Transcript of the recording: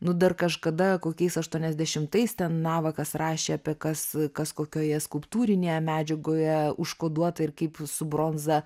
nu dar kažkada kokiais aštuoniasdešimtais ten navakas rašė apie kas kas kokioje skulptūrinėje medžiagoje užkoduota ir kaip su bronza